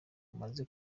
umaze